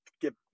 get